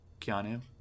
Keanu